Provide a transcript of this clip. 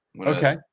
Okay